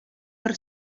per